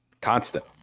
constant